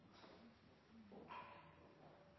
S,